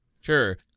Sure